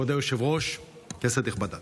כבוד היושב-ראש, כנסת נכבדה,